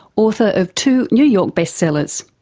author of two new york best sellers,